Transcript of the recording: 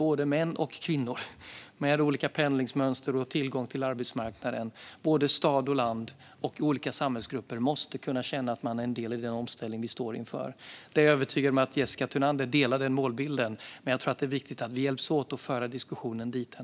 Både män och kvinnor, med olika pendlingsmönster och tillgång till arbetsmarknaden, både stad och land samt olika samhällsgrupper måste kunna känna att man är en del i den omställning vi står inför. Jag är övertygad om att Jessica Thunander delar den målbilden, men jag tror att det är viktigt att vi hjälps åt att föra diskussionen dithän.